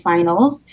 Finals